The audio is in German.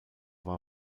war